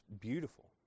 beautiful